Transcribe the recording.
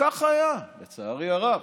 וכך היה, לצערי הרב,